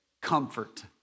comfort